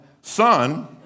Son